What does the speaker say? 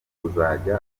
kuzajya